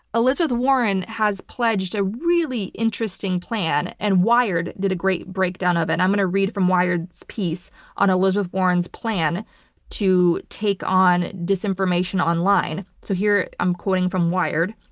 elizabeth warren has pledged a really interesting plan. and wired did a great breakdown of it. i'm going to read from wired's piece on elizabeth warren's plan to take on disinformation online. so here i'm quoting from wired.